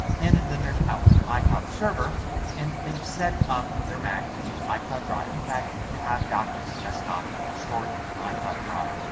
and then there's apple's icloud server and they've set up their mac to use icloud drive. in fact to have documents and desktop stored on icloud drive.